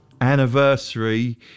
anniversary